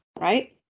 right